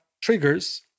triggers